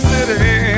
City